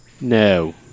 No